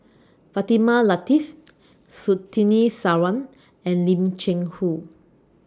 Fatimah Lateef Surtini Sarwan and Lim Cheng Hoe